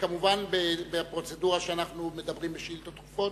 כמובן, בפרוצדורה שאנחנו מדברים בשאילתות דחופות,